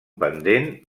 pendent